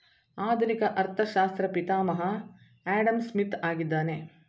ಆಧುನಿಕ ಅರ್ಥಶಾಸ್ತ್ರ ಪಿತಾಮಹ ಆಡಂಸ್ಮಿತ್ ಆಗಿದ್ದಾನೆ